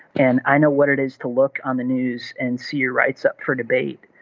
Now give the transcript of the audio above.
and i know what it is to look on the news and see your rights up for debate.